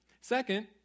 Second